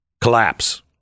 collapse